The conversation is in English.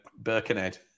Birkenhead